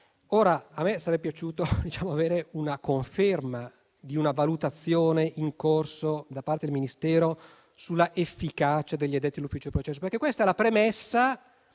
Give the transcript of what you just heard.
A me sarebbe piaciuto avere conferma di una valutazione in corso da parte del Ministero sull'efficacia degli addetti all'ufficio del processo, perché questa è la premessa